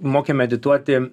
mokėm medituoti